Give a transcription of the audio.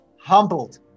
humbled